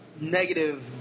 negative